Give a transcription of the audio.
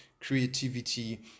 creativity